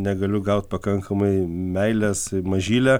negaliu gaut pakankamai meilės mažyle